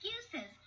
excuses